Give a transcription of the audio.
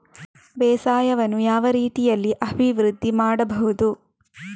ಬೇಸಾಯವನ್ನು ಯಾವ ರೀತಿಯಲ್ಲಿ ಅಭಿವೃದ್ಧಿ ಮಾಡಬಹುದು?